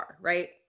right